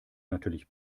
natürlich